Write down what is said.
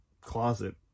closet